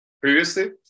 previously